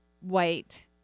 white